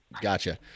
Gotcha